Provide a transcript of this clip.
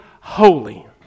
holy